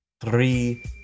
three